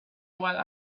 while